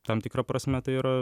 tam tikra prasme tai yra